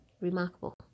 Remarkable